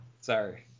sorry